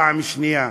פעם שנייה,